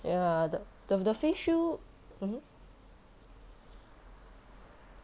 ya the the the face shield